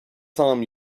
time